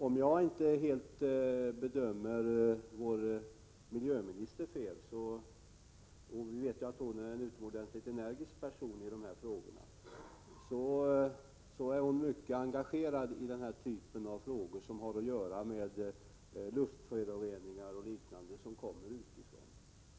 Om jag inte helt missbedömer vår energiminister — och vi vet ju att hon är en utomordentligt energisk person i dessa frågor — så är hon mycket engagerad i frågor som har att göra med luftföroreningar och liknande som kommer in över vårt lands gränser.